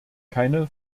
keine